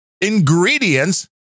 ingredients